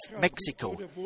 Mexico